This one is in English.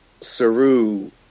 Saru